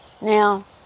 Now